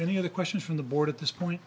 many of the questions from the board at this point